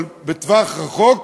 ולטווח הרחוק